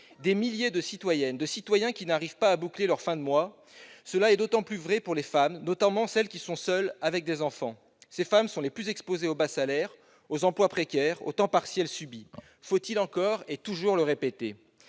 de milliers de citoyennes et de citoyens qui n'arrivent pas à boucler leurs fins de mois. Cela est d'autant plus vrai pour les femmes, notamment pour celles qui sont seules avec des enfants. Ces femmes sont les plus exposées aux bas salaires, aux emplois précaires et aux temps partiels subis, faut-il encore et toujours le répéter !